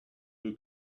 who